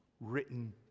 written